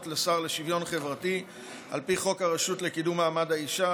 לשר לשוויון חברתי על פי חוק הרשות לקידום מעמד האישה,